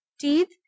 teeth